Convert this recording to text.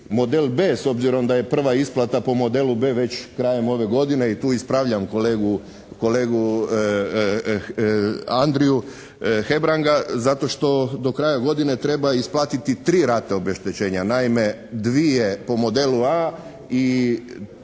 model b) s obzirom da je prva isplata po modelu b) već krajem ove godine i tu ispravljam kolegu Andriju Hebranga, zato što do kraja godine treba isplatiti tri rate obeštećenja. Naime dvije po modelu a) i prvu